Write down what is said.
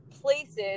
places